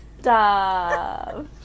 Stop